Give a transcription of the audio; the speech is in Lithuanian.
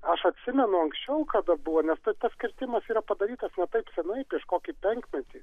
aš atsimenu anksčiau kada buvo nes tas kirtimas yra padarytas ne taip seniai prieš kokį penkmetį